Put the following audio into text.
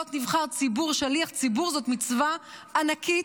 להיות נבחר ציבור, שליח ציבור, זאת מצווה ענקית,